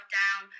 down